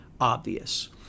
obvious